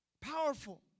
Powerful